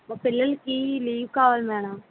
మా పిల్లలకి లీవ్ కావాలి మ్యాడం